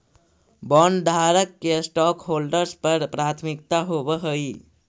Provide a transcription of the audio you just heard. बॉन्डधारक के स्टॉकहोल्डर्स पर प्राथमिकता होवऽ हई